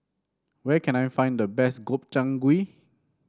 where can I find the best Gobchang Gui